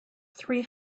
three